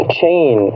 chain